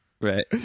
right